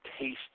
taste